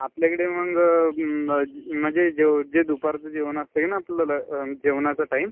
आपल्याकडे मग म्हणजे जेव जे दुपारचं जेवण असते ना आपलं जेवणाचा टाईम